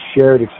shared